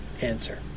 answer